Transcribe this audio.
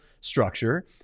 structure